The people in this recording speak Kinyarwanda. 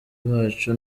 bacu